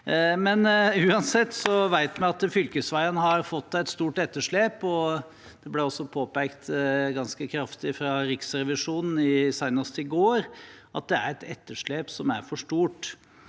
bra. Uansett vet vi at fylkesveiene har fått et stort etterslep, og det ble også påpekt ganske kraftig fra Riksrevisjonen så sent som i går at det er et etterslep som er for stort.